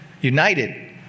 united